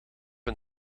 een